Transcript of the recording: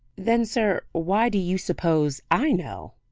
then, sir, why do you suppose i know?